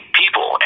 people